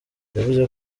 yavuze